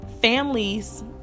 families